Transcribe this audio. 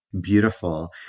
Beautiful